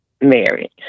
married